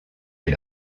est